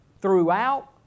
throughout